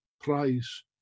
Prize